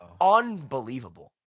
Unbelievable